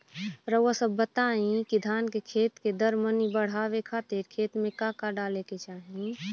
रउआ सभ बताई कि धान के दर मनी बड़ावे खातिर खेत में का का डाले के चाही?